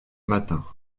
matin